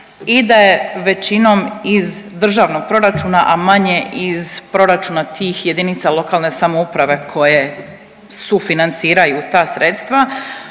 i da je većinom iz državnog proračuna, a manje iz proračuna tih jedinica lokalne samouprave koje sufinanciraju ta sredstva.